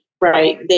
right